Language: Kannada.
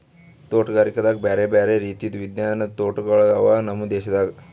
ತೋಟಗಾರಿಕೆದಾಗ್ ಬ್ಯಾರೆ ಬ್ಯಾರೆ ರೀತಿದು ವಿಜ್ಞಾನದ್ ತೋಟಗೊಳ್ ಅವಾ ನಮ್ ದೇಶದಾಗ್